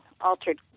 altered